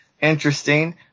interesting